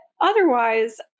otherwise